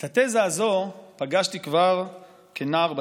את התזה הזאת פגשתי כבר כנער בתיכון.